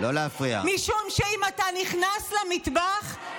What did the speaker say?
משום שאם אתה נכנס למטבח,